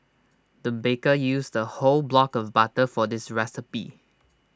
the baker used A whole block of butter for this recipe